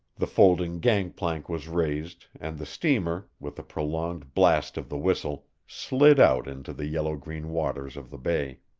the folding gang-plank was raised, and the steamer, with a prolonged blast of the whistle, slid out into the yellow-green waters of the bay.